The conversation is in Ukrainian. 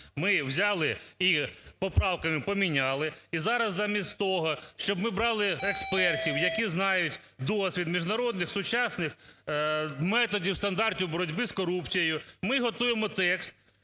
ми взяли і поправки поміняли, і зараз замість того, щоб ми брали експертів, які знають досвід міжнародних сучасних методів, стандартів боротьби з корупцією, ми готуємо текст